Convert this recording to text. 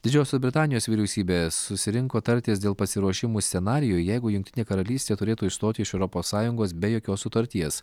didžiosios britanijos vyriausybė susirinko tartis dėl pasiruošimų scenarijui jeigu jungtinė karalystė turėtų išstoti iš europos sąjungos be jokios sutarties